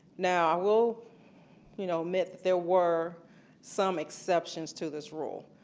now, i will you know admit there were some exceptions to this rule.